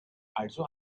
also